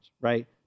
right